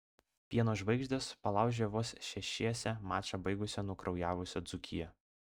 pieno žvaigždės palaužė vos šešiese mačą baigusią nukraujavusią dzūkiją